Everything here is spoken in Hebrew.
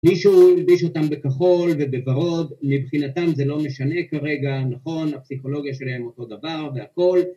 מישהו הלביש אותם בכחול ובוורד, מבחינתם זה לא משנה כרגע, נכון? הפסיכולוגיה שלהם אותו דבר והכל